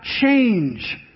change